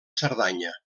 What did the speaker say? cerdanya